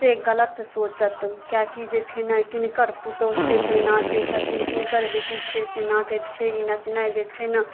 से गलत सोचत किएकि जे छै ने किनकर पुतौह छै से नाचै छथिन किनकर बेटी छै से नाचैत छै ई नचनाइ जे छै ने